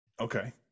Okay